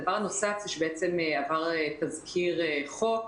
הדבר הנוסף שעבר תזכיר חוק,